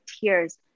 tears